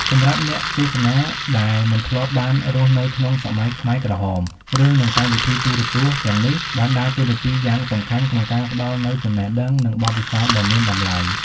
សម្រាប់អ្នកទស្សនាដែលមិនធ្លាប់បានរស់នៅក្នុងសម័យខ្មែរក្រហម រឿង និងកម្មវិធីទូរទស្សន៍ទាំងនេះបានដើរតួនាទីយ៉ាងសំខាន់ក្នុងការផ្តល់នូវចំណេះដឹង និងបទពិសោធន៍ដ៏មានតម្លៃ។